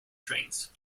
trains